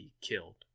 killed